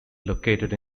located